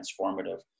transformative